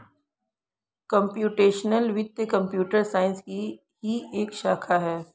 computational वित्त computer science की ही एक शाखा है